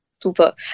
Super